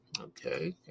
okay